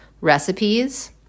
recipes